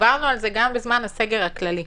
דיברנו על זה גם בזמן הסגר הכללי.